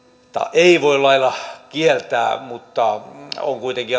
ei suorastaan voi lailla kieltää mutta on kuitenkin